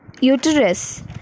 uterus